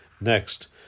Next